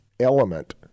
element